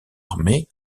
armés